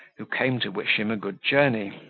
who came to wish him a good journey,